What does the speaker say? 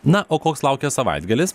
na o koks laukia savaitgalis